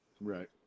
Right